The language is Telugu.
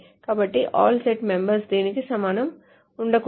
కాబట్టి all సెట్ మెంబెర్స్ దీనికి సమానంగా ఉండకూడదు